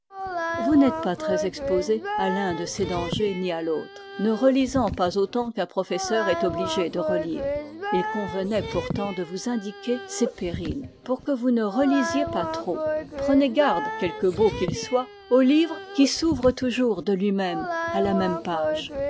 vous n'êtes pas très exposés à l'un de ces dangers ni à l'autre ne relisant pas autant qu'un professeur est obligé de relire il convenait pourtant de vous indiquer ces périls pour que vous ne relisiez pas trop prenez garde quelque beau qu'il soit au livre qui s'ouvre toujours de lui-même à la même page